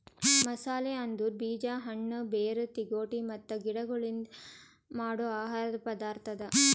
ಮಸಾಲೆ ಅಂದುರ್ ಬೀಜ, ಹಣ್ಣ, ಬೇರ್, ತಿಗೊಟ್ ಮತ್ತ ಗಿಡಗೊಳ್ಲಿಂದ್ ಮಾಡೋ ಆಹಾರದ್ ಪದಾರ್ಥ ಅದಾ